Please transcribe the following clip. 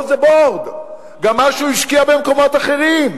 גם מה שהוא השקיע במקומות אחרים,